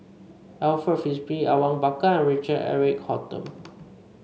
Alfred Frisby Awang Bakar and Richard Eric Holttum